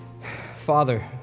Father